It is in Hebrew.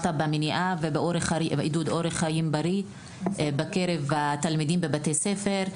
במניעה ובעידוד לאורח חיים בריא בקרב תלמידים בבתי הספר.